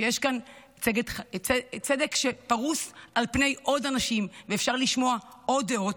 שיש כאן צדק שפרוס על פני עוד אנשים ואפשר לשמוע עוד דעות.